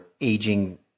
aging